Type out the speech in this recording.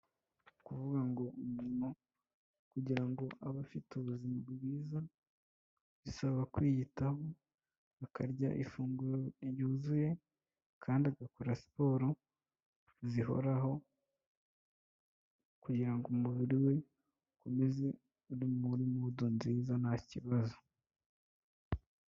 Kuvuga ngo umuntu kugira ngo aba afite ubuzima bwiza bisaba kwiyitaho, akarya ifunguro ryuzuye kandi agakora siporo zihoraho, kugira ngo umubiri we ukomeze uri muri mudu nziza, nta kibazo.